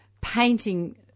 painting